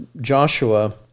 Joshua